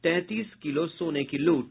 तैंतीस किलो सोने की लूट